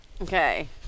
Okay